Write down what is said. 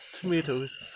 Tomatoes